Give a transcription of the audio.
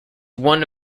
one